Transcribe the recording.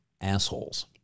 assholes